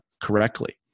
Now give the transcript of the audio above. correctly